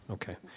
okay.